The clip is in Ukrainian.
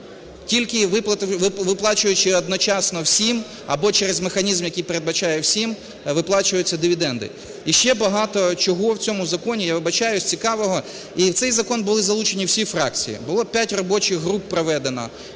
тільки виплачуючи одночасно всім або через механізм, який передбачає всім, виплачуються дивіденди. І ще багато чого в цьому законі, я вибачаюсь, цікавого, і в цей закон були залучені всі фракції. Було п'ять робочих груп проведено,